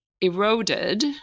eroded